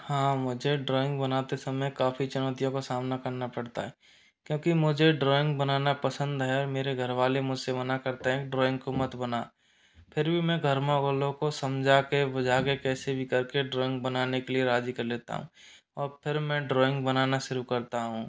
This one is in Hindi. हाँ मुझे ड्राइंग बनाते समय काफ़ी चुनौतियों का सामना करना पड़ता है क्योंकि मुझे ड्राइंग बनाना पसंद है मेरे घरवाले मुझसे मना करते हैं ड्राइंग को मत बना फिर भी मैं घर वालों को समझा के बुझा के कैसे भी करके ड्राइंग बनाने के लिए राजी कर लेता हूं और फिर मैं ड्राइंग बनाना शुरू करता हूँ